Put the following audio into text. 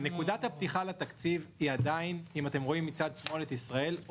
נקודת הפתיחה לתקציב היא עדיין אתם רואים מצד שמאל את ישראל,